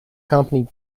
company